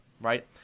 right